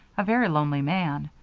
a very lonely man,